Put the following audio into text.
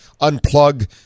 unplug